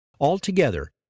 Altogether